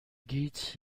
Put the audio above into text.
گیت